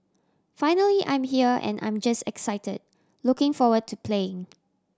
finally I'm here and I'm just excited looking forward to playing